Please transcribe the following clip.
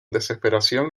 desesperación